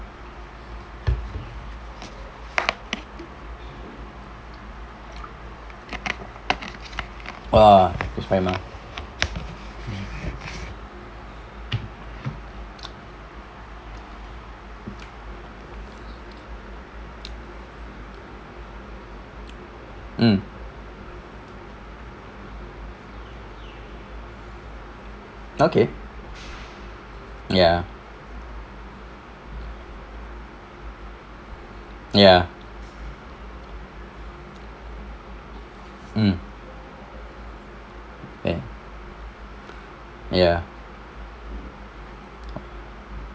!wah! mm okay ya ya mm eh ya